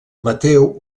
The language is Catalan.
mateu